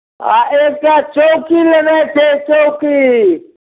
आ एकटा चौकी लेनाइ छै चौकी